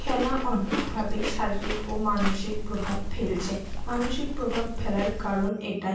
খেলা অনেকভাবেই শারীরিক ও মানসিক প্রভাব ফেলছে মানসিক প্রভাব ফেলার কারণ এটাই